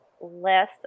less